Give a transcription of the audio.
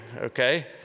okay